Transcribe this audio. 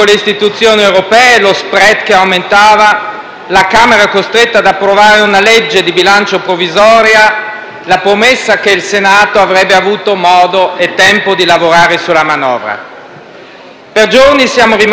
Per giorni siamo rimasti in attesa dell'accordo con l'Europa. Poi è venuto il Presidente del Consiglio in Aula ad annunciare che non ci sarebbe stata la procedura d'infrazione. Noi abbiamo espresso il nostro sollievo e abbiamo detto: